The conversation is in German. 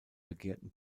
begehrten